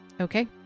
Okay